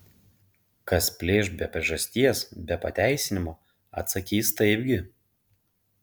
kas plėš be priežasties be pateisinimo atsakys taipgi